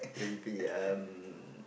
will be um